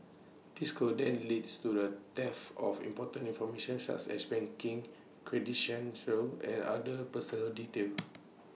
this could then leads to the theft of important information such as banking and other personal details